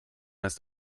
ist